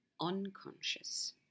unconscious